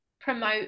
promote